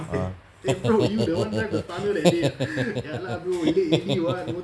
ah